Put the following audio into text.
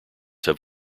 have